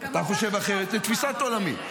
אתה חושב אחרת, לתפיסת עולמי.